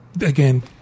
Again